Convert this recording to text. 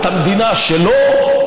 את המדינה שלו?